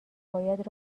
باید